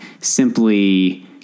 simply